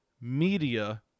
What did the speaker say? media